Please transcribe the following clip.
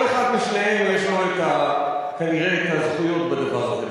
כל אחד משניהם יש לו כנראה הזכויות בדבר הזה.